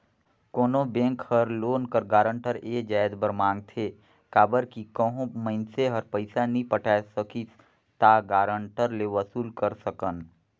कोनो बेंक हर लोन कर गारंटर ए जाएत बर मांगथे काबर कि कहों मइनसे हर पइसा नी पटाए सकिस ता गारंटर ले वसूल कर सकन